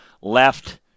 left